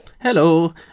Hello